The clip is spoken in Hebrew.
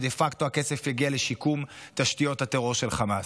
ודה פקטו הכסף יגיע לשיקום תשתיות הטרור של חמאס.